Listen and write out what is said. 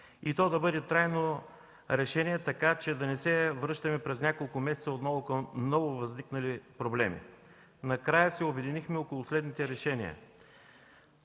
да бъде трайно, така че да не се връщаме през няколко месеца отново към нововъзникнали проблеми. Накрая се обединихме около следните решения.